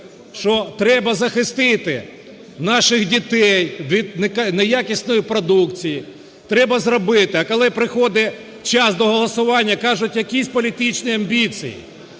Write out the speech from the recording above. що треба захистити наших дітей від неякісної продукції, треба зробити. А коли приходить час до голосування, кажуть, якісь політичні амбіції.